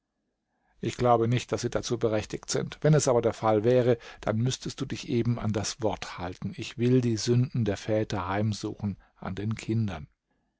ich glaube nicht daß sie dazu berechtigt sind wenn es aber der fall wäre dann müßtest du dich eben an das wort halten ich will die sünden der väter heimsuchen an den kindern